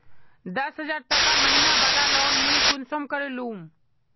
दस हजार टका महीना बला लोन मुई कुंसम करे लूम?